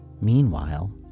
Meanwhile